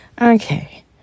okay